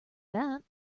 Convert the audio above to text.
that